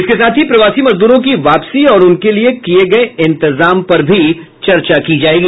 इसके साथ ही प्रवासी मजदूरों की वापसी और उनके लिये किये गये इंतेजाम पर भी चर्चा होगी